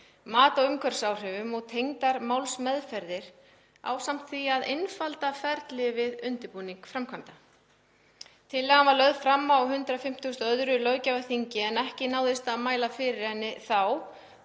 mat á umhverfisáhrifum og tengdar málsmeðferðir ásamt því að einfalda ferli við undirbúning framkvæmda.“ Tillagan var lögð fram á 152. löggjafarþingi en ekki náðist að mæla fyrir henni þá.